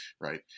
right